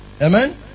amen